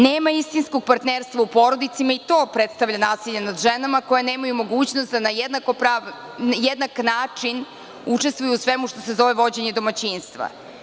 Nema istinskog partnerstva u porodici i to predstavlja nasilje nad ženama koje nemaju mogućnost da na jednak način učestvuju u svemu što se zove vođenje domaćinstva.